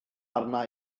arna